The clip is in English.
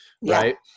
Right